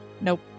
Nope